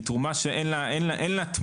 היא תרומה שאין לה תמורה.